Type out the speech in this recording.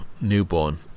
newborn